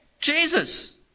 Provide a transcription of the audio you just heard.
Jesus